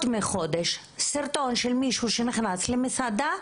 מחודש סרטון של מישהו שנכנס למסעדה,